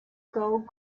gold